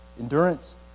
endurance